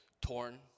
torn